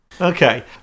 Okay